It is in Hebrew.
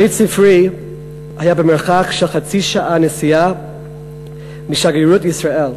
בית-ספרי היה במרחק של חצי שעה נסיעה משגרירות ישראל,